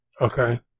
Okay